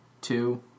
two